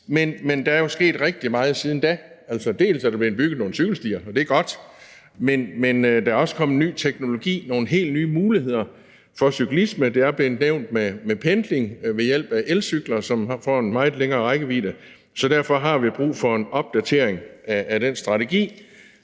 men der er jo sket rigtig meget siden da. Altså, der er bl.a. blevet bygget nogle cykelstier, og det er godt, men der er også kommet ny teknologi og nogle helt nye muligheder for cyklismen; der er blevet nævnt pendling ved hjælp af elcykler, hvilket giver en meget større rækkevidde. Så derfor har vi brug for en opdatering af den strategi,